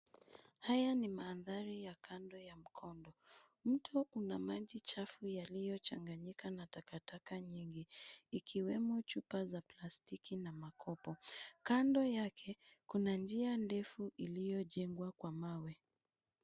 Haya ni mandhari ya kando ya mkondo. Mtu ana maji chafu yaliyochanganyika na takataka nyingi, ikiwemo chupa za plastiki na makopo. Kando yake kuna njia ndefu iliyojengwa kwa mawe.